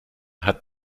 hat